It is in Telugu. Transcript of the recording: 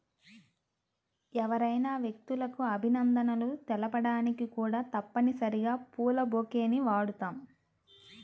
ఎవరైనా వ్యక్తులకు అభినందనలు తెలపడానికి కూడా తప్పనిసరిగా పూల బొకేని వాడుతాం